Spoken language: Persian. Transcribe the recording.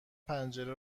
پنجره